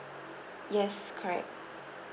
yes correct